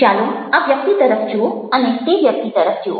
ચાલો આ વ્યક્તિ તરફ જુઓ અને તે વ્યક્તિ તરફ જુઓ